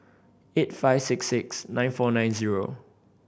eight five six six nine four nine zero